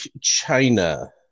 China